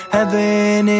Heaven